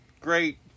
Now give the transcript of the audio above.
great